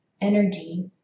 energy